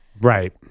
Right